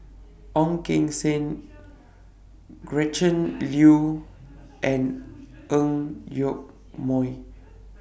Ong Keng Sen Gretchen Liu and Ang Yoke Mooi